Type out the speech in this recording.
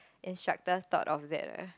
instructor thought of that eh